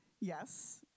yes